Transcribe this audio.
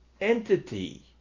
entity